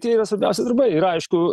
tai yra svarbiausi darbai ir aišku